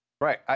Right